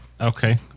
Okay